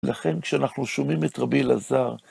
לכן כשאנחנו שומעים את רבי אלעזר,